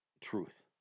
truth